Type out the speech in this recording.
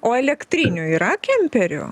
o elektrinių yra kemperių